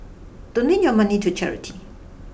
donate your money to charity